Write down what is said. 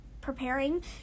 preparing